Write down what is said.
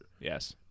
yes